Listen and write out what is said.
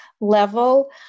level